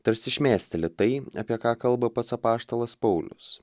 tarsi šmėsteli tai apie ką kalba pats apaštalas paulius